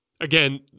Again